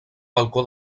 balcó